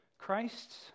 Christ's